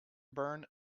burn